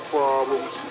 problems